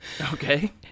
Okay